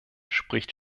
spricht